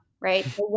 right